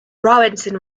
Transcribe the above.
robinson